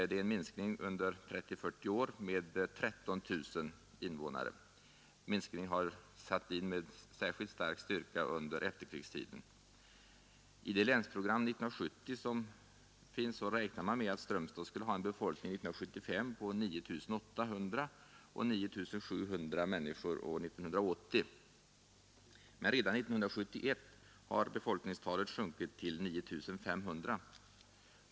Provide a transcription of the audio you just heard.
Det är en minskning under 30—40 år med 13 000 invånare. Minskningen har satt in med särskild styrka under efterkrigstiden. I Länsprogram 1970 räknar man med att Strömstad skulle ha en befolkning på 9 800 människor år 1975 och 9 700 människor år 1980, men redan 1971 har befolkningstalet sjunkit till 9 500.